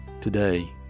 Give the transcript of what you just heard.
Today